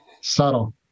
Subtle